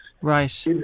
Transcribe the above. Right